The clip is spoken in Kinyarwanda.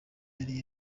yari